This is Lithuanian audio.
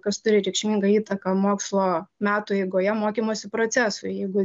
kas turi reikšmingą įtaką mokslo metų eigoje mokymosi procesui jeigu